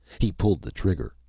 he pulled the trigger.